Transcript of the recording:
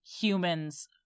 humans